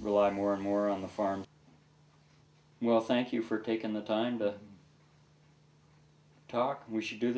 rely more and more on the farm well thank you for taking the time to talk we should do